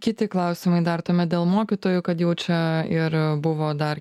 kiti klausimai dar tuomet dėl mokytojų kad jau čia ir buvo dar